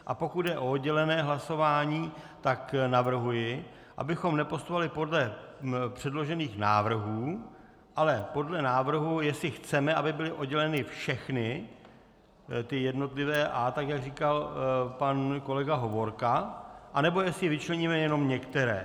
A pokud jde o oddělené hlasování, tak navrhuji, abychom nepostupovali podle předložených návrhů, ale podle návrhu, jestli chceme, aby byla oddělena všechna jednotlivá A, tak jak říkal pan kolega Hovorka, anebo jestli vyčleníme jenom některá.